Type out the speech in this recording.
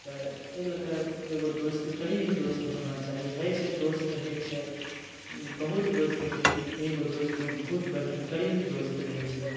तए अइ लए कऽ एगो दोस्त करीबी दोस्त होना चाही हइ छै दोस्त हइ छै उ बहुत दोस्त होइ छै लेकिन एगो दोस्त हमर बहुत बढ़िआँ करीबी दोस्त रहय छै यऽ